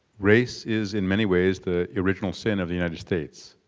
race is in many ways the original sin of the united states,